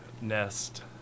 nest